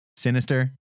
Sinister